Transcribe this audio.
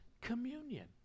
communion